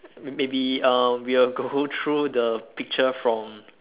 may~ maybe um we will go through the picture from